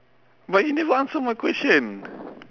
but you never answer my question